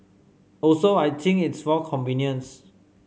also I think it's for convenience